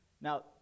Now